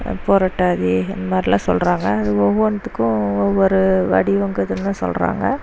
பூரட்டாதி இந்த மாதிரிலாம் சொல்கிறாங்க அது ஒவ்வொன்றுத்துக்கும் ஒவ்வொரு வடிவம் இருக்குதுனு சொல்கிறாங்க